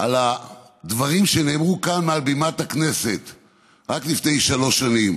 על הדברים שנאמרו כאן מעל בימת הכנסת רק לפני שלוש שנים